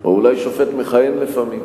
או אולי שופט מכהן, לפעמים.